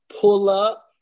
pull-up